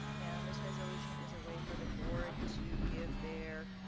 and, this resolution is a way for the board to give their